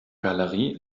galerie